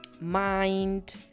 Mind